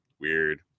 weird